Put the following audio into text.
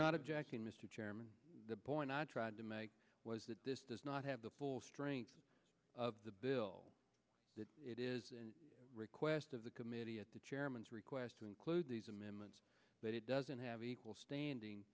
not objecting mr chairman the point i tried to make was that this does not have the full strength of the bill that it is a request of the committee at the chairman's request to include these amendments that it doesn't have equal standing